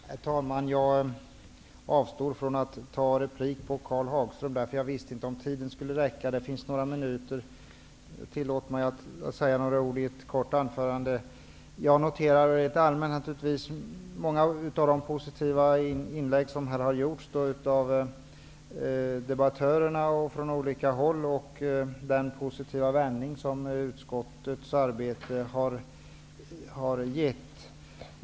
Herr talman! Jag avstod från att replikera på Karl Hagströms anförande, eftersom jag inte visste om tiden skulle räcka. Det finns nu några minuter över. Tillåt mig därför att säga några ord i ett kort anförande. Rent allmänt vill jag säga att jag har noterat många av de positiva inlägg som har gjorts av debattörerna och den positiva vändning som utskottets arbete har gett.